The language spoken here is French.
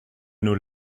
nos